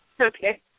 Okay